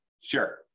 Sure